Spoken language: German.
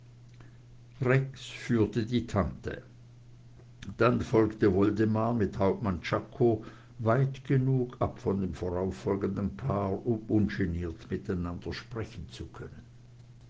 rex führte die tante dann folgte woldemar mit hauptmann czako weit genug ab von dem voraufgehenden paar um ungeniert miteinander sprechen zu können